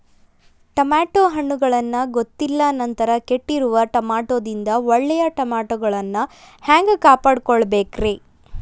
Tomato ಹಣ್ಣುಗಳನ್ನ ಗೊತ್ತಿಲ್ಲ ನಂತರ ಕೆಟ್ಟಿರುವ ಟಮಾಟೊದಿಂದ ಒಳ್ಳೆಯ ಟಮಾಟೊಗಳನ್ನು ಹ್ಯಾಂಗ ಕಾಪಾಡಿಕೊಳ್ಳಬೇಕರೇ?